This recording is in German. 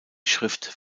schrift